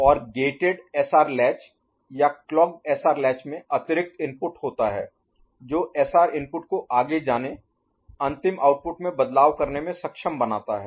और gated SR latch या clocked SR latch में अतिरिक्त इनपुट होता है जो एसआर इनपुट को आगे जाने अंतिम आउटपुट में बदलाव करने में सक्षम बनाता है